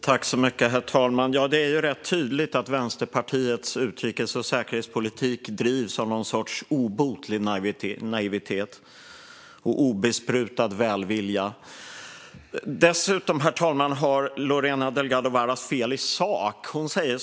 Herr talman! Det är rätt tydligt att Vänsterpartiets utrikes och säkerhetspolitik drivs av någon sorts obotlig naivitet och obesprutad välvilja. Dessutom har Lorena Delgado Varas fel i sak, herr talman.